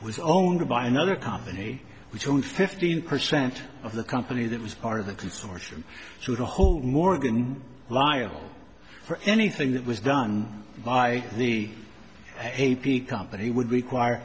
was owned by another company which own fifteen percent of the company that was part of the consortium so to hold morgan liable for anything that was done by the a p company would require